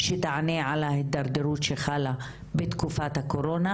שתעשה על ההידרדרות שחלה בתקופת הקורונה,